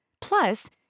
Plus